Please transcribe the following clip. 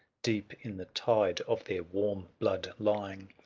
deep in the tide of their warm blood lying,